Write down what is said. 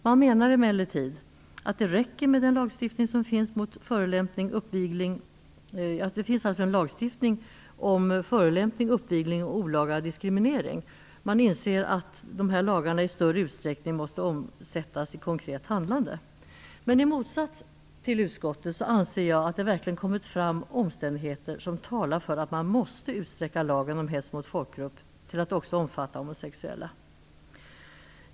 Man menar emellertid att det räcker med den lagstiftning som finns mot förolämpning, uppvigling och olaga diskriminering men att dessa lagar i större utsträckning bör omsättas i konkret handlande. I motsats till utskottet anser jag att det verkligen har kommit fram omständigheter som talar för att lagen om hets mot folkgrupp måste utsträckas till att också omfatta homosexuella.